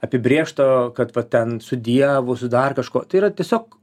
apibrėžto kad ten su dievu su dar kažkuo tai yra tiesiog